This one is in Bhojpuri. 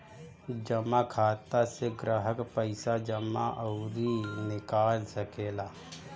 जमा खाता से ग्राहक पईसा जमा अउरी निकाल सकेला